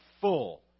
full